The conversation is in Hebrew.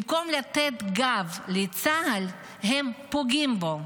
במקום לתת גב לצה"ל, הם פוגעים בו,